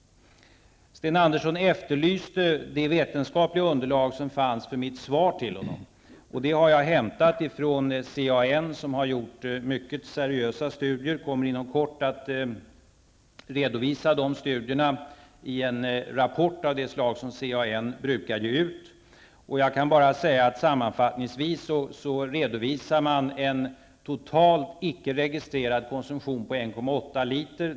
Sten Andersson efterlyste det vetenskapliga underlag som fanns i mitt svar till honom. Det har jag hämtat från CAN som har gjort mycket seriösa studier. Man kommer inom kort att redovisa dessa studier i en rapport av det slag som CAN brukar ge ut. Jag kan bara säga att sammanfattningsvis redovisar man en total icke registrerad konsumtion på 1,8 liter.